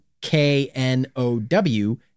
K-N-O-W